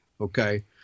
Okay